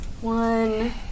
One